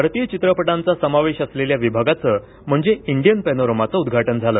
भारतीय चित्रपटांचा समावेश असलेल्या विभागाचं म्हणजे इंडियन पॅनोरमाचं उद्घाटन झालं